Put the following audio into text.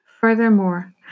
Furthermore